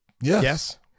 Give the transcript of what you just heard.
Yes